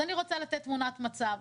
אז אני רוצה לתת תמונת מצב.